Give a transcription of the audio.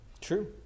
True